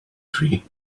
tree